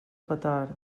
petard